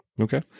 Okay